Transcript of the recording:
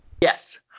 Yes